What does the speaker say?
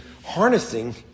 Harnessing